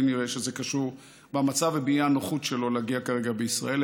לי נראה שזה קשור במצב ובאי-נוחות שלו להגיע כרגע לישראל.